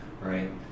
right